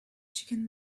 chicken